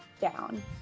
down